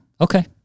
Okay